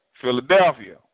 Philadelphia